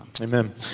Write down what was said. Amen